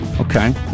Okay